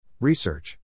Research